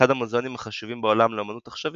אחד המוזיאונים החשובים בעולם לאמנות עכשווית,